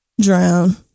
drown